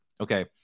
okay